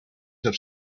have